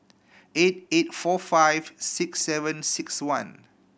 eight eight four five six seven six one